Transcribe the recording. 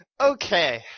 okay